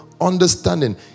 understanding